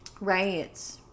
Right